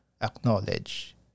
acknowledge